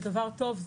זה דבר טוב,